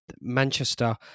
Manchester